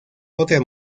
otra